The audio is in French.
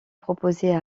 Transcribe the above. proposée